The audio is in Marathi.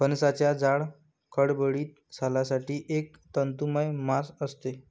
फणसाच्या जाड, खडबडीत सालाखाली एक तंतुमय मांस असते